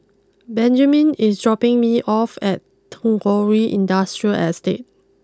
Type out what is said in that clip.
Benjamin is dropping me off at Tagore Industrial Estate